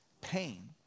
pain